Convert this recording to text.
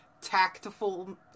tactful